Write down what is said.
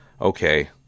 okay